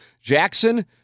Jackson